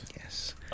Yes